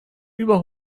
über